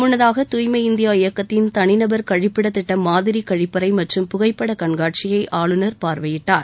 முன்னதாக தூய்மை இந்தியா இயக்கத்தின் தனிநபர் கழிப்பிட திட்ட மாதிரி கழிப்பறை மற்றும் புகைப்பட கண்காட்சியை ஆளுநர் பார்வையிட்டார்